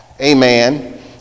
amen